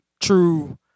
true